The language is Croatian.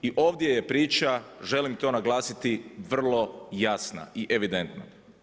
I ovdje je priča, želim to naglasiti, vrlo jasna i evidentna.